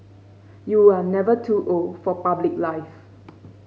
you are never too old for public life